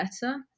better